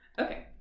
Okay